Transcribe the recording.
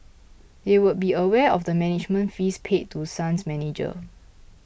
they would be aware of the management fees paid to Sun's manager